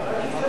הרשימה.